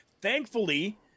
Thankfully